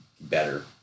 better